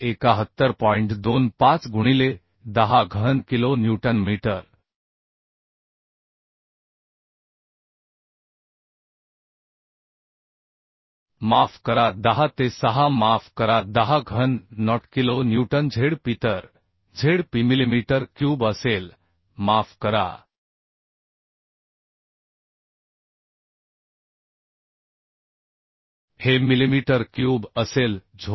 25 गुणिले 10 घन kilo newton metre माफ करा 10 ते 6 माफ करा 10 घन नॉट किलो न्यूटन Zpतर Zpमिलिमीटर क्यूब असेल माफ करा हे मिलिमीटर क्यूब असेल zp